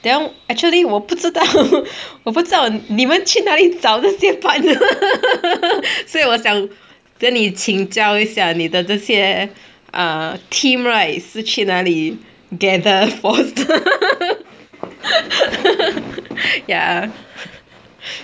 then actually 我不知道我不知道你们去哪里找那个 partner 所以我想跟你请教一下你的这些 err team right 是去哪里 gather from ya